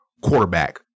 quarterback